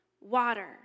water